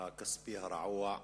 הכספי הרעוע,